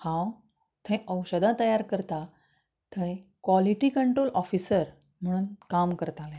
हांव थंय औशधां तयार करता थंय कॉलिटी कंट्रोल ऑफीसर म्हूण काम करतालें